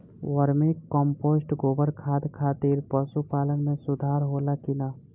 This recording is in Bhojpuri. वर्मी कंपोस्ट गोबर खाद खातिर पशु पालन में सुधार होला कि न?